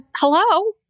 hello